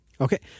Okay